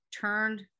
turned